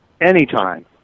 Anytime